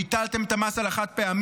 ביטלתם את המס על החד-פעמי,